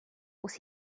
was